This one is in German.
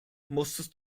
musstest